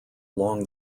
along